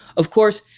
of course,